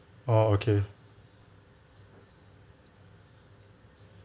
oh okay